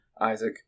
Isaac